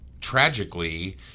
tragically